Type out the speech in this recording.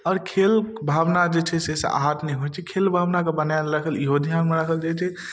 आओर खेल भावना जे छै से आहत नहि होइ छै खेल भावनाके बनाएल राखल इहो धिआनमे राखल जाइ छै